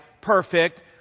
perfect